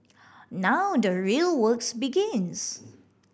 now the real works begins